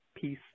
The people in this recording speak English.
Peace